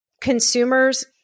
Consumers